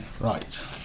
right